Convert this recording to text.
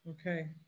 okay